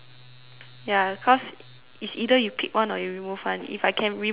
ya cause is either you pick one or you remove one if I can remove right maybe